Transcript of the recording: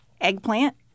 eggplant